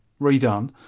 redone